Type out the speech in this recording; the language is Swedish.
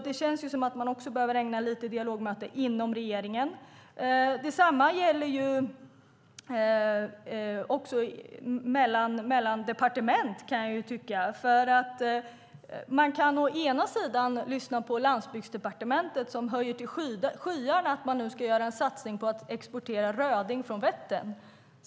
Det känns som att man behöver ägna sig åt dialog inom regeringen. Detsamma gäller mellan departementen, kan jag tycka. Vi kan å ena sidan lyssna på Landsbygdsdepartementet som höjer till skyarna att man ska göra en satsning på att exportera röding från Vättern.